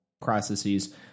processes